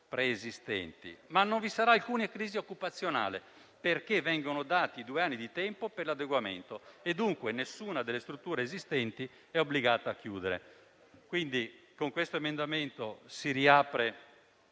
preesistenti; ma non vi sarà alcuna crisi occupazionale perché vengono dati due anni di tempo per l'adeguamento, e dunque nessuna delle strutture esistenti è obbligata a chiudere. Con l'emendamento 4.104